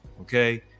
Okay